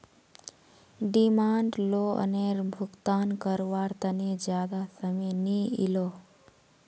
demand लोअनेर भुगतान कारवार तने ज्यादा समय नि इलोह